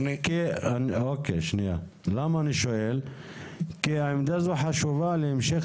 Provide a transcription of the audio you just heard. כי העמדה הזאת חשובה להמשך